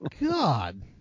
god